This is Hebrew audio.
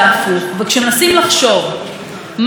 רק השבוע היו לנו שני מקרים מזעזעים בנתניה,